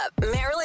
Marilyn